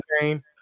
game